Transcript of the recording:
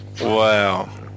Wow